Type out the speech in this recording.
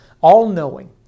all-knowing